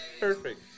Perfect